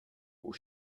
aux